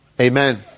Amen